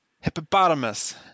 hippopotamus